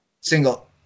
Single